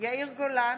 יאיר גולן,